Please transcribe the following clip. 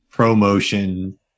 Promotion